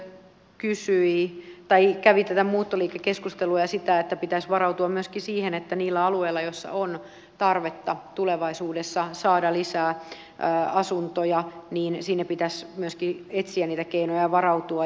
myöskin sitten edustaja männistö kävi tätä muuttoliikekeskustelua ja sitä että pitäisi varautua myöskin siihen että niille alueille joilla on tarvetta tulevaisuudessa saada lisää asuntoja pitäisi myöskin etsiä niitä keinoja varautua